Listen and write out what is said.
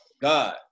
God